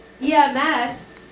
ems